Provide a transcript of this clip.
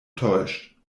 täuscht